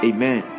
Amen